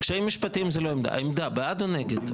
קשיים משפטיים זה עמדה, העמדה בעד או נגד?